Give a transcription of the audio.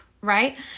right